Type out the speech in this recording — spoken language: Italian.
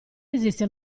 esiste